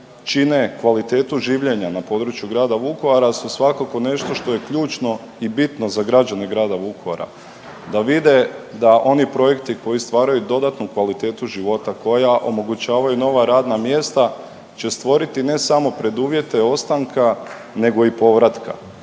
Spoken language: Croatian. čine kvalitetu življenja na području grada Vukovara su svakako nešto što je ključno i bitno za građane grada Vukovara, da vide da oni projekti koji stvaraju dodatnu kvalitetu života, koja omogućavaju nova radna mjesta će stvoriti ne samo preduvjete ostanka nego i povratka.